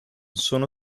sono